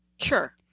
Sure